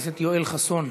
חבר הכנסת יואל חסון.